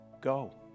go